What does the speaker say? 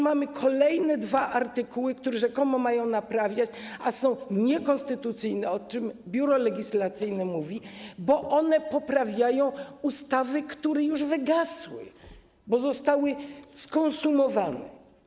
Mamy kolejne dwa artykuły, które rzekomo mają to naprawiać, a są niekonstytucyjne, o czym mówi Biuro Legislacyjne, bo poprawiają ustawy, które już wygasły, zostały skonsumowane.